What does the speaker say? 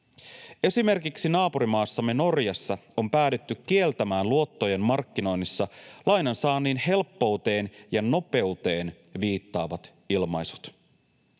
Esimerkiksi naapurimaassamme Norjassa on päädytty kieltämään luottojen markkinoinnissa lainansaannin helppouteen ja nopeuteen viittaavat ilmaisut.